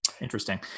Interesting